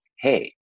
Hey